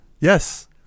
Yes